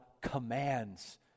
commands